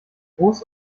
groß